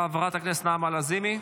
חברת הכנסת נעמה לזימי,